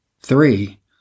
Three